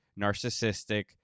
narcissistic